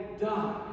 done